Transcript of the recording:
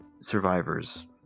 survivors